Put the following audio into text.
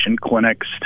clinics